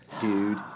Dude